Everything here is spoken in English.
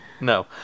no